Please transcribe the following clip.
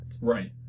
Right